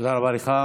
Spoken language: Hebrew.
תודה רבה לך.